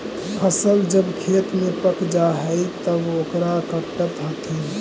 फसल जब खेत में पक जा हइ तब ओकरा काटऽ हथिन